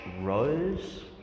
rose